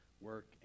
work